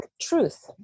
truth